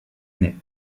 année